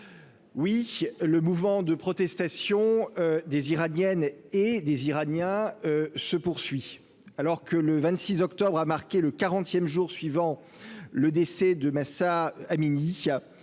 oui, le mouvement de protestation des Iraniennes et des Iraniens se poursuit alors que le 26 octobre à marquer le 40ème jour suivant le décès de Mahsa Amini,